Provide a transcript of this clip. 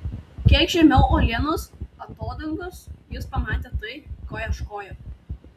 kiek žemiau uolienos atodangos jis pamatė tai ko ieškojo